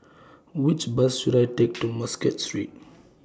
Which Bus should I Take to Muscat Street